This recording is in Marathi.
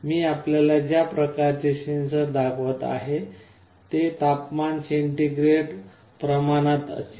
मी आपल्याला ज्या प्रकारचे सेन्सर दाखवत आहे ते तापमान सेंटीग्रेड प्रमाणात असेल